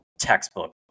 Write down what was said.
textbook